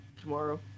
tomorrow